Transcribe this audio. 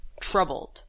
troubled